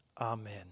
Amen